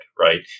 Right